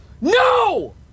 no